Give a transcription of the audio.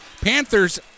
Panthers